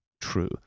true